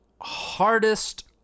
hardest